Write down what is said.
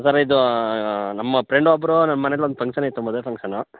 sir ಇದು ನಮ್ಮ friend ಒಬ್ಬರು ನಮ್ಮ ಮನೇಲಿ ಒಂದು ಪಂಕ್ಷನ್ ಇತ್ತು ಮದುವೆ ಪಂಕ್ಷನು